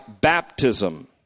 baptism